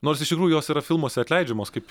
nors iš tikrųjų jos yra filmuose atleidžiamos kaip